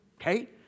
okay